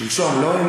שלשום, לא?